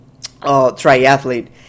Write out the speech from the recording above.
triathlete